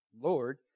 Lord